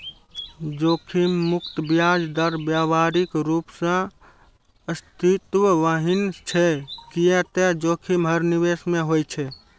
जोखिम मुक्त ब्याज दर व्यावहारिक रूप सं अस्तित्वहीन छै, कियै ते जोखिम हर निवेश मे होइ छै